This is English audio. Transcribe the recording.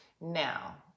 now